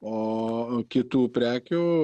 o kitų prekių